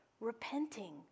repenting